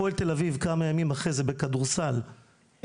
הפועל תל אביב כמה ימים אחרי זה בכדורסל בדרבי.